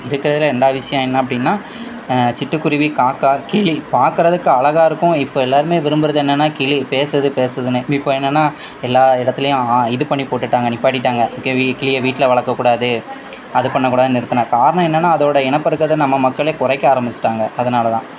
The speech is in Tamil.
இருக்கிறதுல ரெண்டாவது விஷயம் என்ன அப்படின்னா சிட்டுக்குருவி காக்காய் கிளி பார்க்கறதுக்கு அழகா இருக்கும் இப்போ எல்லோருமே விரும்புறது என்னன்னால் கிளி பேசுது பேசுதுன்னு இப்போ என்னன்னால் எல்லா இடத்திலையும் இது பண்ணி போட்டுவிட்டாங்க நிற்பாட்டிட்டாங்க கிளியை வீ வீட்டில் வளர்க்கக்கூடாது அது பண்ணக்கூடாதுன்னு நிறுத்தின காரணம் என்னன்னால் அதோடய இனப்பெருக்கத்தை நம்ம மக்களே குறைக்க ஆரமிச்சுட்டாங்க அதனாலே தான்